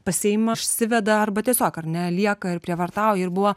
pasiima išsiveda arba tiesiog ar ne lieka ir prievartauja ir buvo